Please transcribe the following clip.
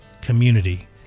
community